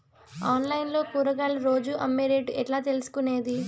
Online లో కూరగాయలు రోజు అమ్మే రేటు ఎట్లా తెలుసుకొనేది?